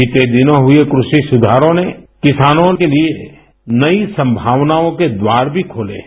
बीते दिनों हुए कृषि सूधारों ने किसानों के लिए नई संभावनाओं के द्वार भी खोले हैं